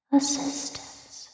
assistance